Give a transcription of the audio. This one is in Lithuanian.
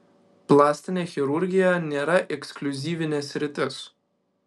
plastinė chirurgija nėra ekskliuzyvinė sritis